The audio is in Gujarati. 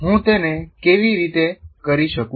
હું તેને કેવી રીતે કરી શકું